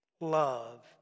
Love